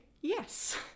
Yes